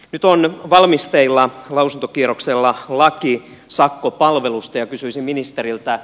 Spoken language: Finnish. nyt on valmisteilla lausuntokierroksella laki sakkopalvelusta ja kysyisin ministeriltä